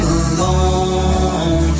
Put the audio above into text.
alone